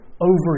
over